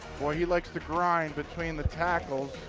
boy he likes to grind between the tackles.